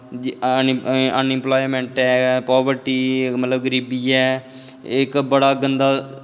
unemployment ऐ poverty मतलब गरीबी ऐ एह् इक बड़ा गंदा